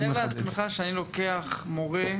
תאר לעצמך שאני לוקח מורה,